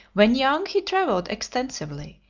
when young he travelled extensively,